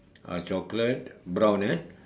ah chocolate brown eh